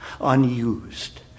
unused